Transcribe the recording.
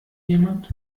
jemand